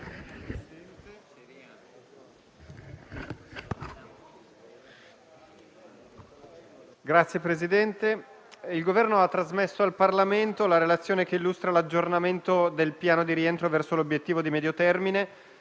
il Governo ha trasmesso al Parlamento la relazione che illustra l'aggiornamento del piano di rientro verso l'obiettivo di medio termine,